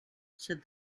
said